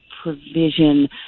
provision